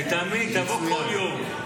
תאמין לי, תבוא כל יום.